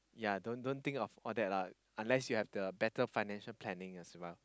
ya don't don't think of all that lah unless you have the better financial planning as well